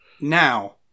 Now